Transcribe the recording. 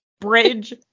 bridge